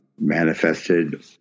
manifested